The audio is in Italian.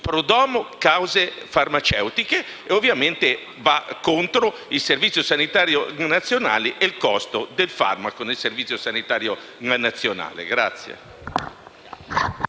*Pro domo* case farmaceutiche. Ovviamente ciò va contro il Servizio sanitario nazionale e il costo del farmaco nel Servizio sanitario nazionale.